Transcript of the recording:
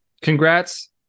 congrats